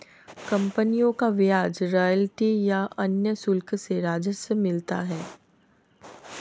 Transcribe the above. कंपनियों को ब्याज, रॉयल्टी या अन्य शुल्क से राजस्व मिलता है